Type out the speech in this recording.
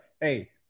Hey